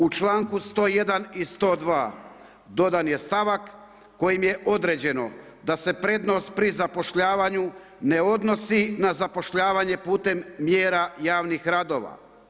U članku 101. i 102. dodan je stavak kojim je određeno da se prednost pri zapošljavanju ne odnosi na zapošljavanje putem mjera javnih radova.